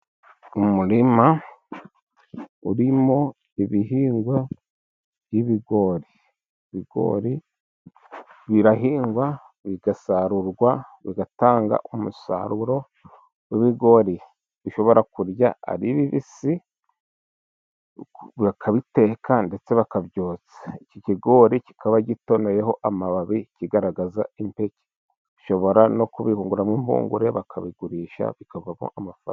Umurima urimo ibihingwa by'ibigori ,ibigori birahingwa, bigasarurwa, bigatanga umusaruro w'ibigori, bishobora kurya ari bibisi, bakabiteka ,ndetse bakabyotsa, iki kigori kikaba gitonoyeho amababi kigaragaza impeke ushobora no kubihunguramo impugure, bakabigurisha bikavamo amafaranga.